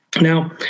Now